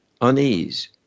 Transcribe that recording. unease